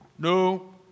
No